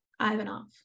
Ivanov